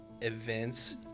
events